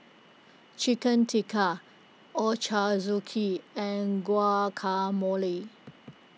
Chicken Tikka Ochazuke and Guacamole